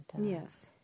Yes